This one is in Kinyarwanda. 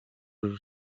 uru